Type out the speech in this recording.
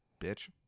bitch